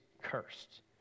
cursed